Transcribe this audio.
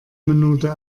minute